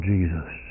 Jesus